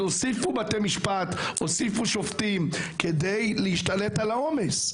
הוסיפו בתי משפט ושופטים כדי להשתלט על העומס,